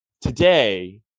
today